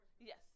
yes